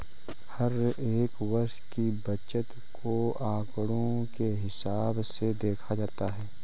हर एक वर्ष की बचत को आंकडों के हिसाब से देखा जाता है